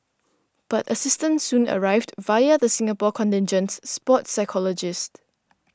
but assistance soon arrived via the Singapore contingent's sports psychologist